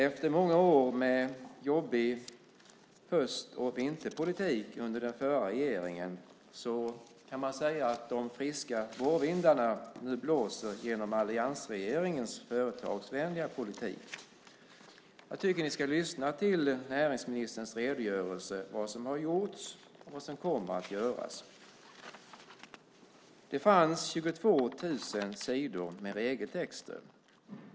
Efter många år med jobbig höst och vinterpolitik under den förra regeringen kan man säga att de friska vårvindarna nu blåser genom alliansregeringens företagsvänliga politik. Jag tycker att ni ska lyssna till näringsministerns redogörelse för vad som har gjorts och vad som kommer att göras. Det fanns 22 000 sidor med regeltexter.